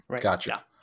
Gotcha